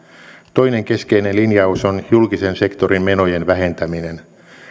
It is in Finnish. toinen keskeinen linjaus on julkisen sektorin menojen vähentäminen